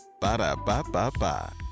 Ba-da-ba-ba-ba